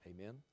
Amen